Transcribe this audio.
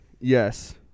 yes